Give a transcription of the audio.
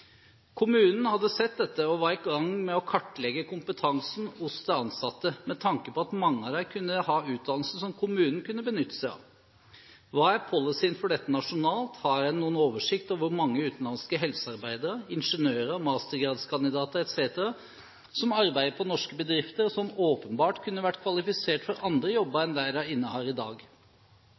Kommunen hadde sett dette og var i gang med å kartlegge kompetansen hos de ansatte med tanke på at mange av dem kunne ha utdannelse som kommunen kunne benytte seg av. Hva er policyen for dette nasjonalt? Har en noen oversikt over hvor mange utenlandske helsearbeidere, ingeniører, mastergradskandidater etc. som arbeider på norske bedrifter, og som åpenbart kunne vært kvalifisert for andre jobber enn dem de innehar i dag?